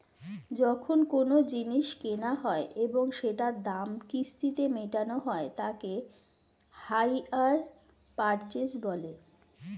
যখন কোনো জিনিস কেনা হয় এবং সেটার দাম কিস্তিতে মেটানো হয় তাকে হাইয়ার পারচেস বলে